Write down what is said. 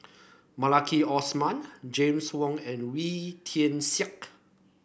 Maliki Osman James Wong and Wee Tian Siak